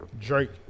Drake